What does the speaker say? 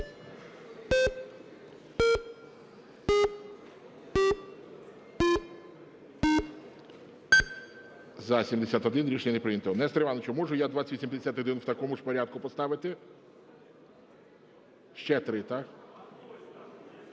За-71 Рішення не прийнято. Нестор Іванович, можу я 2851 в такому ж порядку поставити? Ще 3, так?